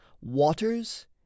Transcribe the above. waters